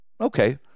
okay